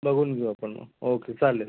बघून घेऊ आपण मग ओके चालेल